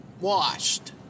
washed